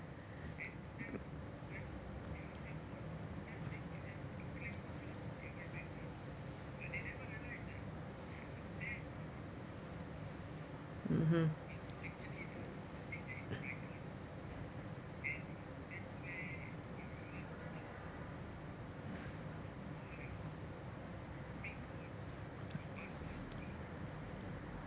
mmhmm